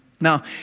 Now